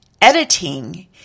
editing